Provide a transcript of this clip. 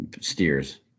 Steers